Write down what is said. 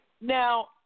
Now